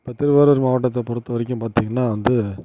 இப்போ திருவாரூர் மாவட்டத்தை பொறுத்தவரைக்கும் பார்த்திங்கன்னா வந்து